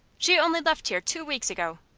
she only left here two weeks ago.